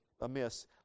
amiss